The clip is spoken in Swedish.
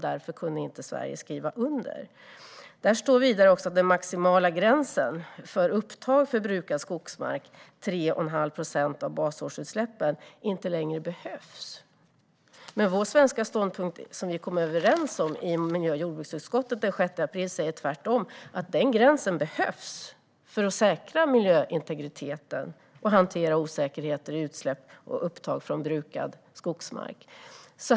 Därför kunde Sverige inte skriva under. Vidare står det i brevet att den maximala gränsen för upptag för brukad skogsmark, 3 1⁄2 procent av basårsutsläppen, inte längre behövs. Men vår svenska ståndpunkt, som vi kom överens om i miljö och jordbruksutskottet den 6 april, säger tvärtom att den gränsen behövs för att säkra miljöintegriteten och hantera osäkerheter i utsläpp och upptag från brukad skogsmark.